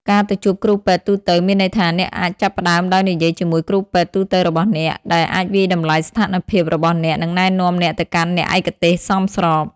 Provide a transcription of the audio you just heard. ការទៅជួបគ្រូពេទ្យទូទៅ មានន័យថាអ្នកអាចចាប់ផ្តើមដោយនិយាយជាមួយគ្រូពេទ្យទូទៅរបស់អ្នក ដែលអាចវាយតម្លៃស្ថានភាពរបស់អ្នក និងណែនាំអ្នកទៅកាន់អ្នកឯកទេសសមស្រប។